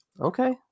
okay